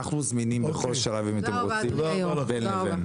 אנחנו זמינים בכל שלב אם אתם רוצים בין לבין.